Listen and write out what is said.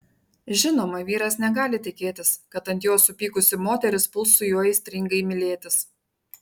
žinoma vyras negali tikėtis kad ant jo supykusi moteris puls su juo aistringai mylėtis